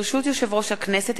ברשות יושב-ראש הכנסת,